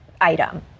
item